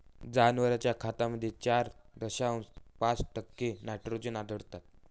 जनावरांच्या खतामध्ये चार दशांश पाच टक्के नायट्रोजन आढळतो